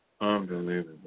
Unbelievable